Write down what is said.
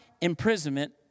imprisonment